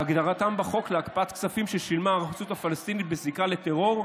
בהגדרתם בחוק להקפאת כספים ששילמה הרשות הפלסטינית בזיקה לטרור,